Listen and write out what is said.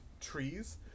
trees